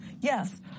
Yes